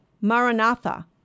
Maranatha